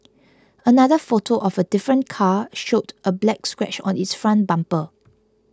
another photo of a different car showed a black scratch on its front bumper